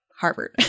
Harvard